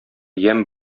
ямь